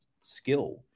skill